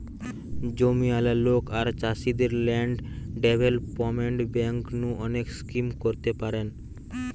জমিয়ালা লোক আর চাষীদের ল্যান্ড ডেভেলপমেন্ট বেঙ্ক নু অনেক স্কিম করতে পারেন